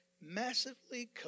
massively